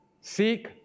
Seek